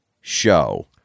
show